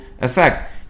effect